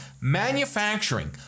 Manufacturing